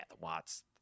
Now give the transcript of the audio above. Watts